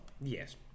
Yes